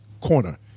corner